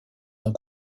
ont